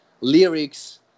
lyrics